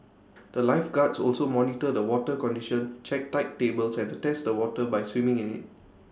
the lifeguards also monitor the water condition check tide tables and test the water by swimming in IT